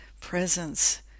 presence